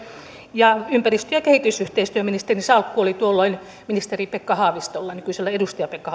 ja ympäristö ja kehitysyhteistyöministerin salkku oli tuolloin ministeri pekka haavistolla nykyisellä edustaja pekka